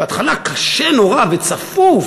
בהתחלה קשה נורא וצפוף,